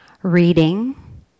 reading